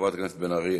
חברת הכנסת בן ארי,